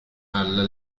alla